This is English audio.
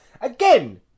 Again